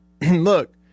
Look